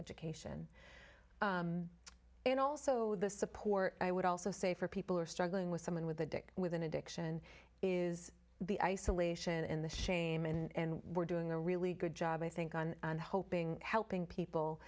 education and also the support i would also say for people who are struggling with someone with a dick with an addiction is the isolation in the shame and we're doing a really good job i think on hoping helping people